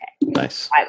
Nice